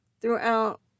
throughout